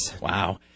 Wow